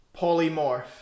polymorph